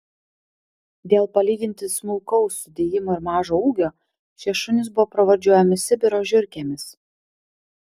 dėl palyginti smulkaus sudėjimo ir mažo ūgio šie šunys buvo pravardžiuojami sibiro žiurkėmis